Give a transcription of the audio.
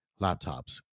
laptops